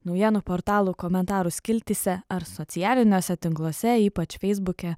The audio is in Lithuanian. naujienų portalų komentarų skiltyse ar socialiniuose tinkluose ypač feisbuke